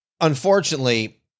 Unfortunately